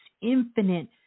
infinite